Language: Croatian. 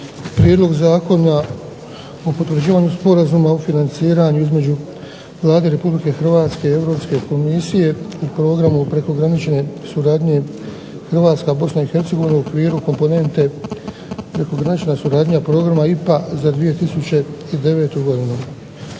Prijedlog Zakona o potvrđivanju Sporazuma o financiranju između Vlade RH i Europske komisije u Programu prekogranične suradnje Hrvatska – BiH u okviru komponente prekogranična suradnja Programa IPA za 2009. godinu,